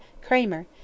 Kramer